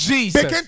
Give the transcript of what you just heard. Jesus